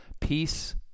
peace